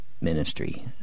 ministry